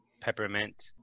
peppermint